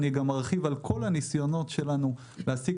אני גם ארחיב על כל הניסיונות שלנו להשיג